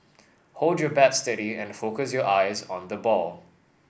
hold your bat steady and focus your eyes on the ball